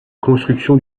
construction